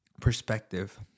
perspective